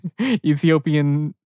Ethiopian